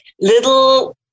little